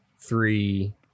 three